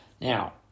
Now